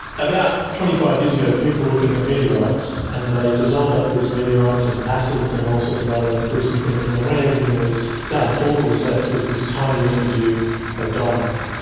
about twenty five years ago people were looking at meteorites and they dissolved up these meteorites in acids and all sorts of other gruesome things, and when everything was done, all that was left was this tiny residue of diamonds.